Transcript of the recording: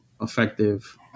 effective